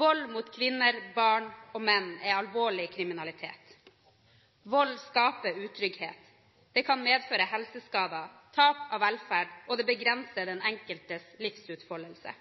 Vold mot kvinner, barn og menn er alvorlig kriminalitet. Vold skaper utrygghet. Det kan medføre helseskader, tap av velferd, og det begrenser den enkeltes livsutfoldelse.